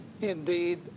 indeed